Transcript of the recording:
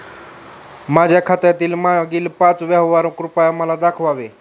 माझ्या खात्यातील मागील पाच व्यवहार कृपया मला दाखवावे